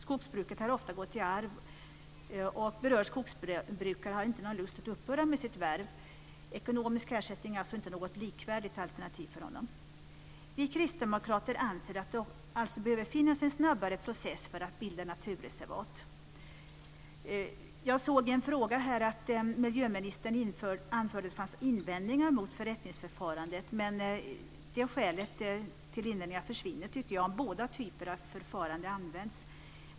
Skogsbruket har ofta gått i arv, och berörd skogsbrukare har inte någon lust att upphöra med sitt värv. Ekonomisk ersättning är alltså inte något likvärdigt alternativ för den skogsbrukaren. Vi kristdemokrater anser att det behöver finnas en snabbare process för att bilda naturreservat. Jag såg i svaret på en fråga att miljöministern anförde att det finns invändningar mot förrättningsförfarandet, men det skälet tycker jag försvinner om båda typer av förfarande används.